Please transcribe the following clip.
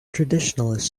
traditionalist